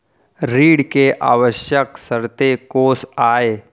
ऋण के आवश्यक शर्तें कोस आय?